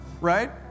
right